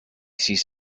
sees